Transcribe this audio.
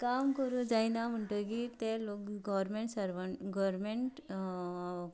काम करूंक जायना म्हणटकच ते गव्हरमेंट सर्वंट गव्हरमेंट